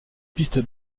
piste